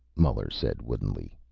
muller said woodenly.